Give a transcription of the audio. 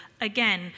again